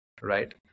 right